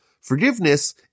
forgiveness